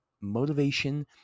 motivation